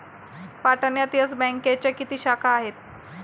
पाटण्यात येस बँकेच्या किती शाखा आहेत?